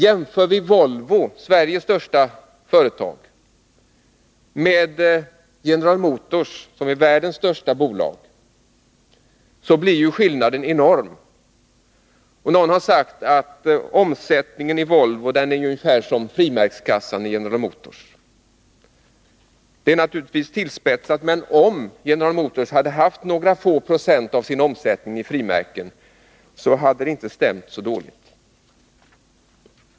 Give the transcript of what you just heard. Jämför vi Volvo, Sveriges största bolag, med General Motors, som är världens största bolag, finner vi att skillnaderna är enorma. Någon har sagt att omsättningen i Volvo är ungefär lika stor som frimärkskassan i General Motors. Det är naturligtvis tillspetsat, men om General Motors hade haft några få procent av sin omsättning i frimärken hade det inte stämt så dåligt.